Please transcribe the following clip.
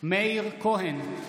מאיר כהן,